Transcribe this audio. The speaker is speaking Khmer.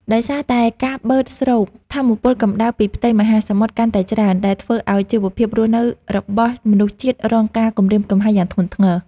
ដោយសារតែការបឺតស្រូបថាមពលកម្ដៅពីផ្ទៃមហាសមុទ្រកាន់តែច្រើន ដែលធ្វើឱ្យជីវភាពរស់នៅរបស់មនុស្សជាតិរងការគំរាមកំហែងយ៉ាងធ្ងន់ធ្ងរ។